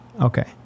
Okay